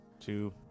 two